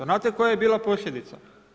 Znate li koja je bila posljedica?